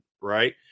right